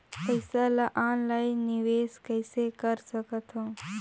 पईसा ल ऑनलाइन निवेश कइसे कर सकथव?